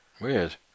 Weird